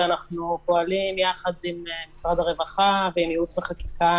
ואנחנו פועלים יחד עם משרד הרווחה ועם ייעוץ וחקיקה,